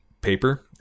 paper